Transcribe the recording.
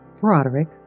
Broderick